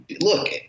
look